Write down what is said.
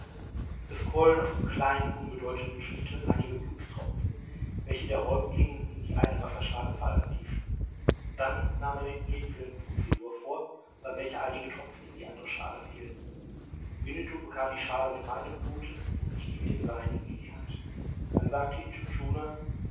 es quollen aus dem kleinen unbedeutenden schnitte einige blutstropfen welche der häuptling in die eine wasserschale fallen ließ dann nahm er mit mir dieselbe prozedur vor bei welcher einige tropfen in die andere schale fielen winnetou bekam die schale mit meinem blute und ich die mit dem seinigen in die hand dann sagte